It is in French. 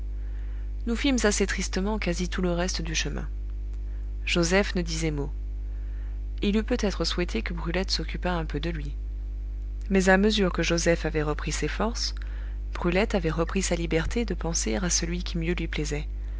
nous fîmes assez tristement quasi tout le reste du chemin joseph ne disait mot il eût peut-être souhaité que brulette s'occupât un peu de lui mais à mesure que joseph avait repris ses forces brulette avait repris sa liberté de penser à celui qui mieux lui plaisait